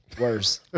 worse